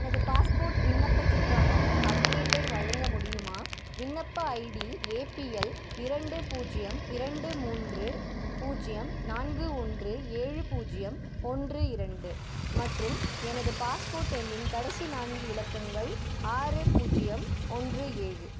எனது பாஸ்போர்ட் விண்ணப்பத்திற்கான அப்டேட்டை வழங்க முடியுமா விண்ணப்ப ஐடி ஏபிஎல் இரண்டு பூஜ்ஜியம் இரண்டு மூன்று பூஜ்ஜியம் நான்கு ஒன்று ஏழு பூஜ்ஜியம் ஒன்று இரண்டு மற்றும் எனது பாஸ்போர்ட் எண்ணின் கடைசி நான்கு இலக்கங்கள் ஆறு பூஜ்ஜியம் ஒன்று ஏழு